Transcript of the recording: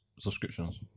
subscriptions